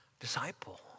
disciple